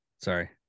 Sorry